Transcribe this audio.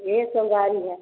ये सब गाड़ी है